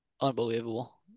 unbelievable